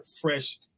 fresh